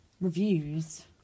reviews